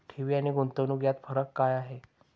ठेवी आणि गुंतवणूक यात फरक काय आहे?